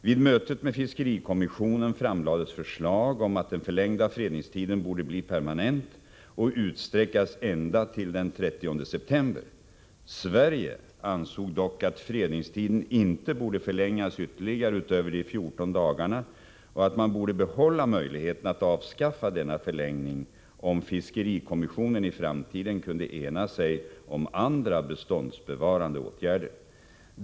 Vid mötet med fiskerikommissionen framlades förslag om att den förlängda fredningstiden borde bli permanent och utsträckas ända till den 30 september. Sverige ansåg dock att fredningstiden inte borde förlängas ytterligare utöver de 14 dagarna och att man borde behålla möjligheten att avskaffa denna förlängning, om fiskerikommissionen i framtiden kunde ena sig om andra beståndsbevarande åtgärder.